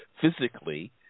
physically